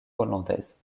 hollandaise